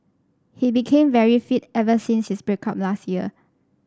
he became very fit ever since his break up last year